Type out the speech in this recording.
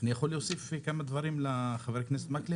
אני יכול להוסיף עוד כמה דברים לחבר הכנסת מקלב?